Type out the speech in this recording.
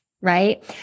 right